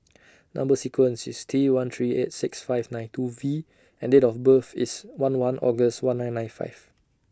Number sequence IS T one three eight six five nine two V and Date of birth IS one one August one nine nine five